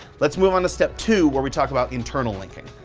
let's move on to step two where we talk about internal linking.